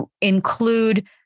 include